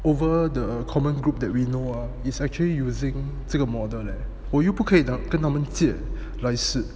over the common group that we know ah is actually using 这个 model leh 我又不可以跟他们借来试